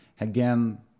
again